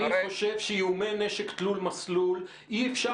אני חושב שאיומי נשק תלול מסלול אי-אפשר